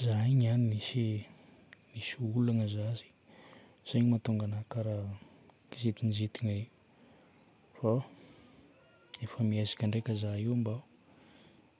Za io niany misy, misy olagna za. Zay no mahatonga anahy karaha kizintinjitina io. Fa efa miezaka ndraika za io mba